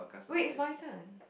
wait it's my turn